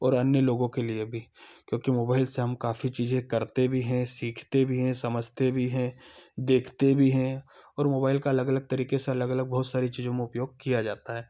और अन्य लोगों के लिए भी क्योकि मोबाइल से हम काफी चीजें करते भी हैं सीखते भी हैं समझते भी हैं देखते भी हैं और मोबाइल का अलग अलग तरीके से अलग अलग बहुत सारी चीजों में उपयोग किया जाता है